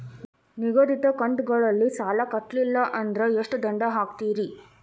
ನಿಗದಿತ ಕಂತ್ ಗಳಲ್ಲಿ ಸಾಲ ಕಟ್ಲಿಲ್ಲ ಅಂದ್ರ ಎಷ್ಟ ದಂಡ ಹಾಕ್ತೇರಿ?